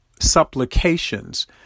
supplications